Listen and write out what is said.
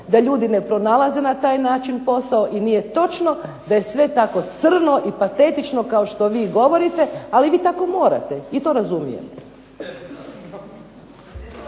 da ljudi ne pronalaze na taj način posao i nije točno da je sve tako crno i patetično kao što vi govorite. Ali vi tako morate i to razumijemo.